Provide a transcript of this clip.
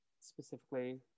specifically